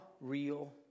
real